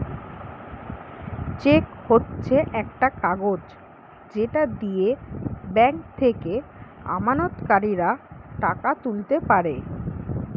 check হচ্ছে একটা কাগজ যেটা দিয়ে ব্যাংক থেকে আমানতকারীরা টাকা তুলতে পারে